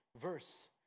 verse